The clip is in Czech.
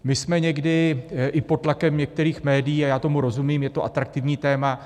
My jsme někdy i pod tlakem některých médií a já tomu rozumím, je to atraktivní téma.